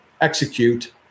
execute